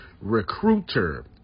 Recruiter